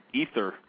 ether